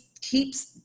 keeps